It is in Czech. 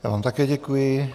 Já vám také děkuji.